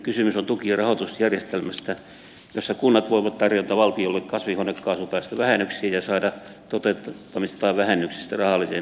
kysymys on tuki ja rahoitusjärjestelmästä jossa kunnat voivat tarjota valtiolle kasvihuonekaasupäästövähennyksiä ja saada toteuttamistaan vähennyksistä rahallisen hyvityksen